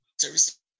service